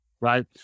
right